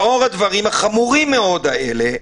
לאור הדברים החמורים מאוד האלה,